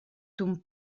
ton